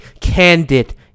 candid